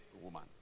woman